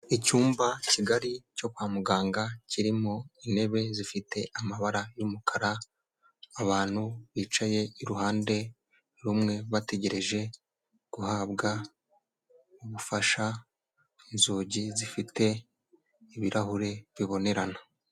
Icyumba kigari cyo kwa muganga kirimo intebe zifite amabara y'umukara, abantu bicaye uruhande rumwe bategereje guhabwa ubufasha, inzugi zifite ibirahure bibonerana.